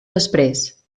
després